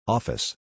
Office